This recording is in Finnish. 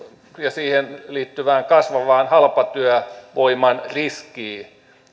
siihen liittyvään kasvavaan halpatyövoiman riskiin